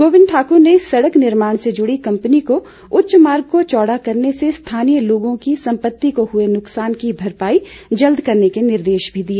गोविंद ठाकुर ने सड़क निर्माण से जुड़ी कम्पनी को उच्च मार्ग को चौड़ा करने से स्थानीय लोगों की सम्पति को हुए नुकसान की भरपाई जल्द करने के निर्देश भी दिए